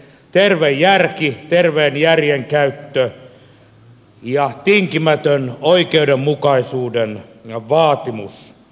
vaikuttiminamme ovat terveen järjen käyttö ja tinkimätön oikeudenmukaisuuden vaatimus